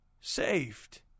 saved